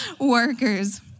workers